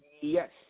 Yes